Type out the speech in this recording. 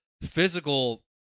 physical